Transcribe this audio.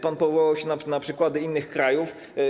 Pan powołał się na przykłady innych krajów.